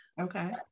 Okay